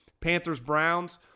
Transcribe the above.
Panthers-Browns